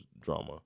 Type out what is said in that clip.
drama